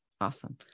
Awesome